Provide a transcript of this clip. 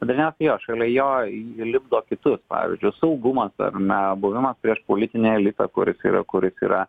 dažniausiai jo šalia jo įlipdo kitus pavyzdžiu saugumas ar ne buvimas prieš politinį elitą kuris yra kuris yra